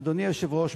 אדוני היושב-ראש,